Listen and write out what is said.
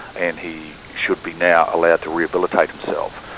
and he should be now allowed to rehabilitate himself,